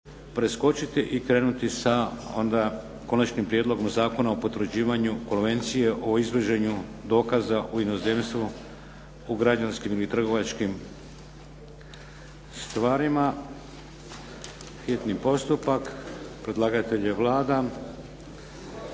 preskočiti i krenuti sa - Konačnim prijedlogom Zakona o potvrđivanju Konvencije o izvođenju dokaza u inozemstvu u građanskim ili trgovačkim stvarima, hitni postupak, prvo i drugo